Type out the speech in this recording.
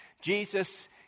Jesus